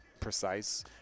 Precise